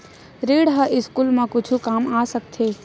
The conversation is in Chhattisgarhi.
ऋण ह स्कूल मा कुछु काम आ सकत हे?